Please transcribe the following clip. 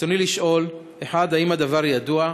רצוני לשאול: 1. האם הדבר ידוע?